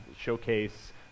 showcase